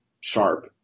sharp